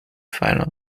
final